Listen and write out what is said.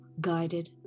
guided